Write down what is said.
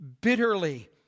bitterly